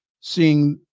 seeing